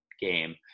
game